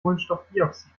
kohlenstoffdioxid